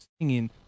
singing